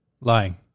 Lying